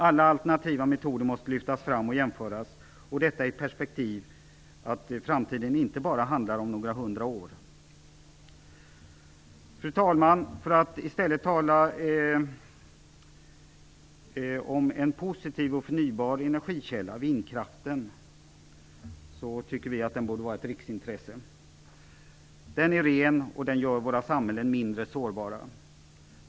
Alla alternativa metoder måste lyftas fram och jämföras, och detta i perspektivet att framtiden inte bara handlar om några hundra år. Fru talman! För att i stället tala om en positiv och förnybar energikälla, vindkraften, vill jag säga att vi tycker att den borde vara ett riksintresse. Den är ren, och den gör våra samhällen mindre sårbara.